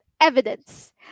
evidence